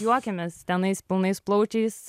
juokiamės tenais pilnais plaučiais